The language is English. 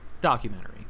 documentary